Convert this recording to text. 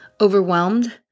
overwhelmed